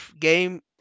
game